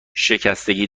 شکستگی